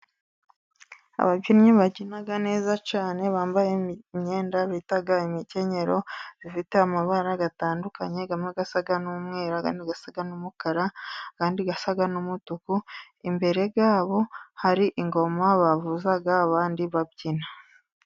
Ababyinnyi babyina neza cyane bambaye imyenda bita imikenyero, ifite amabara atandukanye amwe asa n'umweru, andi asa n'umukara, andi asa n'umutuku. Imbere yabo hari ingoma bavuza abandi babyina.